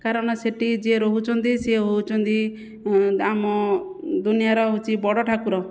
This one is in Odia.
କାରଣ ସେଠି ଯିଏ ରହୁଛନ୍ତି ସିଏ ହେଉଛନ୍ତି ଆମ ଦୁନିଆର ହେଉଛି ବଡ଼ ଠାକୁର